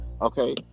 Okay